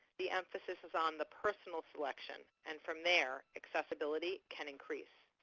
the emphasis is on the personal selection and from there, accessibility can increase.